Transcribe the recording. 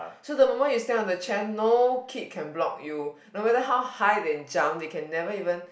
so the moment you stand on the chair no kid can block you no matter how high they jump they can never even